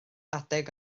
adeg